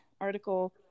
article